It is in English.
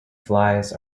flies